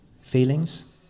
Feelings